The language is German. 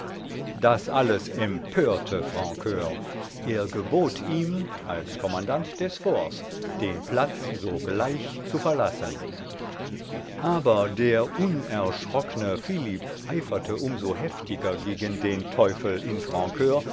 das alles empörte francur er gebot ihm als kommandant des forts den platz sogleich zu verlassen aber der unerschrockne philipp eiferte um so heftiger gegen den teufel in